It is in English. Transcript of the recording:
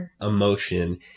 emotion